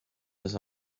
his